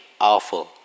awful